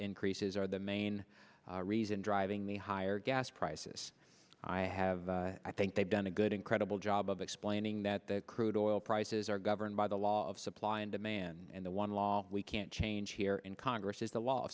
increases are the main reason driving the higher gas prices i have i think they've done a good incredible job of explaining that crude oil prices are governed by the law of supply and demand and the one law we can't change here in congress is the law